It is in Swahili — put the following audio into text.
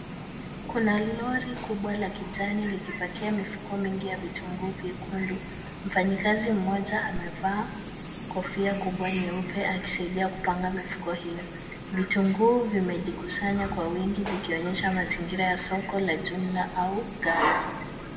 Kuna lori kubwa la kijani likipakia mifuko mingi ya vitunguu vya kundu mfanyakazi mmoja amevaa kofia kubwa nyeupe akisaidia kpanga mifuko hiyo. Vitunguu vimejikusanya kwa wingi vikionyesha mazingira ya soko la jumla au ghala.